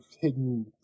hidden